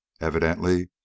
Evidently